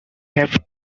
have